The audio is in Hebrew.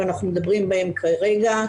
ואנחנו מדברים עליהם כרגע,